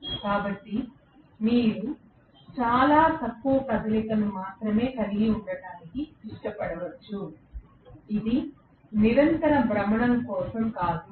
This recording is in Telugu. కాబట్టి మీరు చాలా తక్కువ కదలికను మాత్రమే కలిగి ఉండటానికి ఇష్టపడవచ్చు ఇది నిరంతర భ్రమణం కోసం కాదు